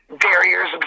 barriers